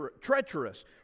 treacherous